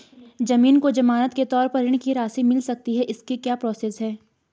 ज़मीन को ज़मानत के तौर पर ऋण की राशि मिल सकती है इसकी क्या प्रोसेस है?